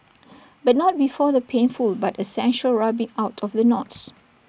but not before the painful but essential rubbing out of the knots